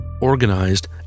organized